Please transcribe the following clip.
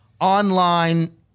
online